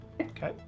Okay